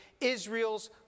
Israel's